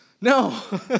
No